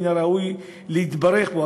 מן הראוי להתברך בו,